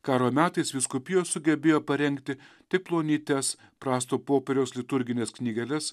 karo metais vyskupijos sugebėjo parengti tik plonytes prasto popieriaus liturgines knygeles